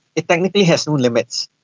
it technically has no limits.